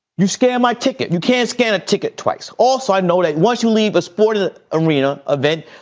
you scanned my ticket. you can't scan a ticket twice. also, i know that once you leave a sports arena event,